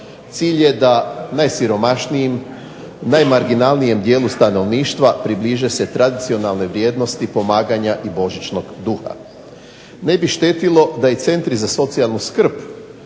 Cilj je da najsiromašnijim, najmarginalnijem dijelu stanovništva približe se tradicionalne vrijednosti pomaganja i božićnog duha. Ne bi štetilo da i centri za socijalnu skrb